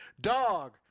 Dog